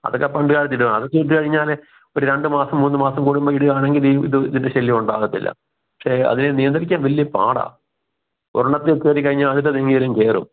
അതൊക്കെ പണ്ടുകാലത്ത് ഇടൂ അതൊക്കെ ഇട്ടു കഴിഞ്ഞാൽ ഒരു ഒരു രണ്ടു മാസം മൂന്നുമാസം കൂടുമ്പോൾ ഇടുവാണെങ്കില് ഇത് ഇതിൻ്റെ ശല്യം ഉണ്ടാവത്തില്ല പക്ഷേ അതിനെ നിയന്ത്രിക്കാൻ വലിയ പാടാണ് ഒരെണ്ണത്തെ കയറി കഴിഞ്ഞാൽ അടുത്ത തെങ്ങിലും കയറും